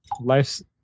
life's